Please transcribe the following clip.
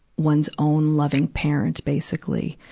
one's own loving parent, basically,